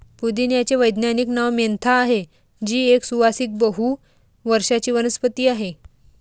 पुदिन्याचे वैज्ञानिक नाव मेंथा आहे, जी एक सुवासिक बहु वर्षाची वनस्पती आहे